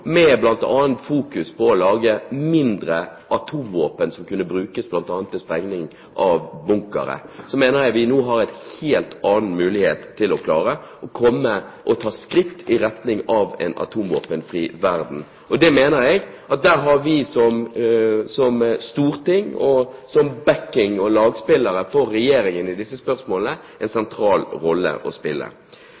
med bl.a. fokus på å lage mindre atomvåpen som kunne brukes til bl.a. sprengning av bunkere – gir oss en helt annen mulighet til å klare å ta skritt i retning av en atomvåpenfri verden. Jeg mener at der har vi som storting, som backing og lagspillere for Regjeringen i disse spørsmålene, en